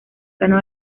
plano